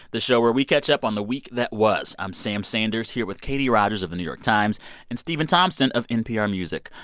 the show where we catch up on the week that was. i'm sam sanders here with katie rogers of the new york times and stephen thompson of npr music.